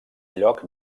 lloc